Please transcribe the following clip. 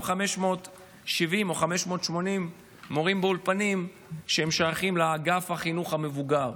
570 או 580 מורים באולפנים ששייכים לאגף החינוך המבוגר